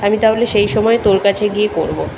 আমি তাহলে সেই সময় তোর কাছে গিয়ে করব